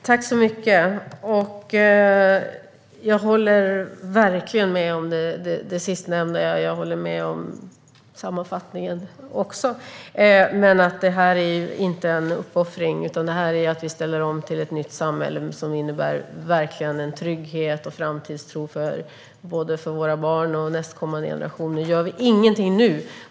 Herr talman! Jag håller verkligen med om det sistnämnda och om Jens Holms sammanfattning. Detta är inte en uppoffring, utan det handlar om att vi ställer om till ett nytt samhälle som innebär trygghet och framtidstro för våra barn och för kommande generationer.